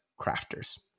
crafters